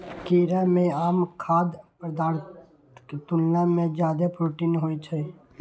कीड़ा मे आम खाद्य पदार्थक तुलना मे जादे प्रोटीन होइ छै